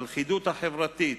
הלכידות החברתית,